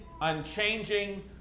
unchanging